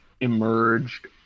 emerged